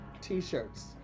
t-shirts